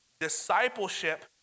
Discipleship